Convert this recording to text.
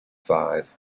five